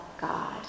God